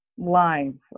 lines